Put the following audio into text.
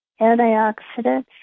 antioxidants